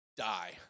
die